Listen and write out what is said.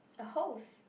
a hose